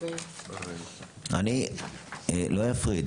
אני לא אפריד.